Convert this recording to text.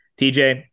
TJ –